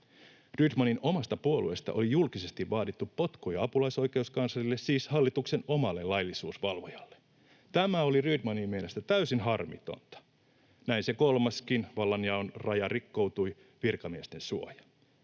Rydmanin omasta puolueesta oli julkisesti vaadittu potkuja apulaisoikeuskanslerille, siis hallituksen omalle laillisuusvalvojalle. Tämä oli Rydmanin mielestä täysin harmitonta. Näin se kolmaskin vallanjaon raja rikkoutui, virkamiesten suoja.